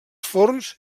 forns